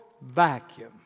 vacuum